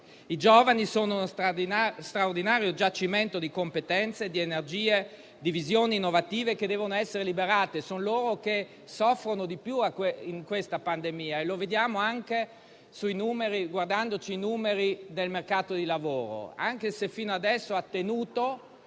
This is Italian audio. I giovani sono uno straordinario giacimento di competenze, di energie e di visioni innovative, che devono essere liberate. Sono loro che soffrono di più in questa pandemia e lo vediamo anche guardando ai numeri del mercato del lavoro. Anche se fino adesso ha tenuto,